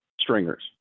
stringers